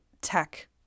tech